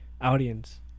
audience